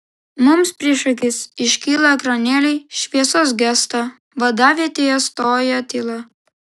mums prieš akis iškyla ekranėliai šviesos gęsta vadavietėje stoja tyla